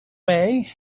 way